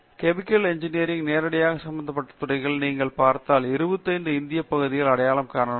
எனவே chemical engineering நேரடியாக சம்பந்தப்பட்ட துறைகளில் நீங்கள் பார்த்தால் 25 இந்திய பகுதிகள் அடையாளம் கண்டுள்ளன